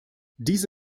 diese